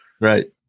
right